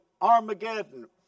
Armageddon